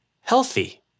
healthy